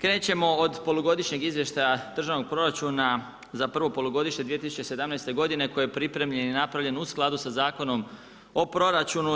Krećemo od polugodišnjeg izvještaja državnog proračuna za prvo polugodište 2017. godine koji je pripremljen i napravljen u skladu sa Zakonom o proračunu.